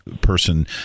person